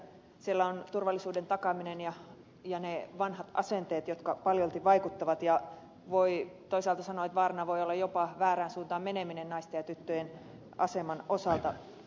niitä ovat turvallisuuden takaaminen ja ne vanhat asenteet jotka paljolti vaikuttavat ja voi toisaalta sanoa että vaarana voi olla jopa väärään suuntaan meneminen naisten ja tyttöjen aseman osalta